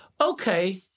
okay